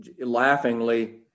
laughingly